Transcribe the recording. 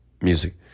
Music